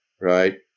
Right